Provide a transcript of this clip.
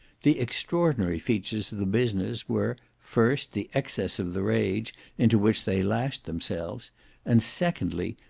the extraordinary features of the business were, first, the excess of the rage into which they lashed themselves and secondly,